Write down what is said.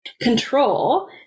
control